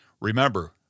Remember